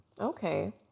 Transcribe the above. Okay